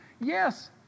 Yes